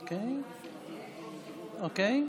אוקיי.